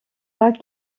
pas